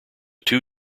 two